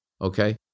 okay